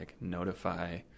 notify